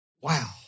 Wow